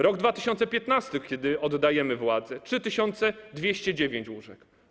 Rok 2015, kiedy oddajemy władzę - 3209 łóżek.